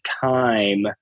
time